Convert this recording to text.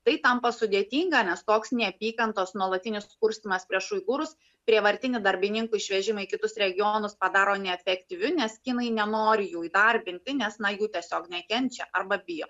tai tampa sudėtinga nes toks neapykantos nuolatinis kurstymas prieš uigūrus prievartinių darbininkų išvežimą į kitus regionus padaro neefektyviu nes kinai nenori jų įdarbinti nes na jų tiesiog nekenčia arba bijo